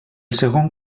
segon